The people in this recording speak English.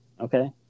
Okay